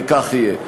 וכך יהיה.